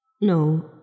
No